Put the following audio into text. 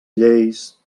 lleis